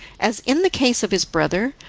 as in the case of his brother,